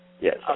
Yes